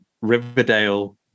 Riverdale